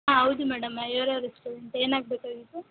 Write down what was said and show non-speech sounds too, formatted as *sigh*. ಹಾಂ ಹೌದು ಮೇಡಮ್ *unintelligible* ಏನಾಗಬೇಕಾಗಿತ್ತು